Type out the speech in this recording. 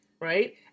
right